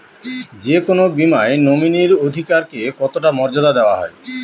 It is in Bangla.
যে কোনো বীমায় নমিনীর অধিকার কে কতটা মর্যাদা দেওয়া হয়?